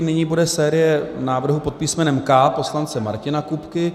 Nyní bude série návrhů pod písmenem K poslance Martina Kupky.